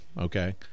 Okay